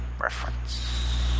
Reference